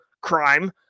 crime